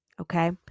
okay